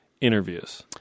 interviews